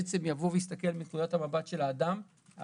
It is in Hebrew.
שיבוא ויסתכל על נקודת המבט של האדם הבודד,